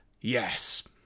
yes